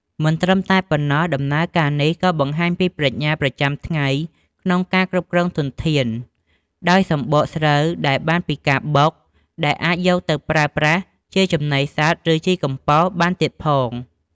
មិនត្រឹមតែប៉ុណ្ណោះ ដំណើរការនេះក៏បង្ហាញពីប្រាជ្ញាប្រចាំថ្ងៃក្នុងការគ្រប់គ្រងធនធាន ដោយសម្បកស្រូវដែលបានពីការបុក ដែលអាចយកទៅប្រើប្រាស់ជាចំណីសត្វ ឬជីកំប៉ុស្តបានទៀតផង។